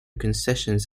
concessions